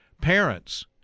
parents